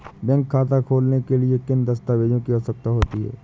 Bank खाता खोलने के लिए किन दस्तावेजों की आवश्यकता होती है?